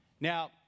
Now